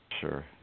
Sure